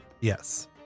Yes